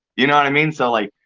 you know what i mean? so, like,